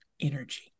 energy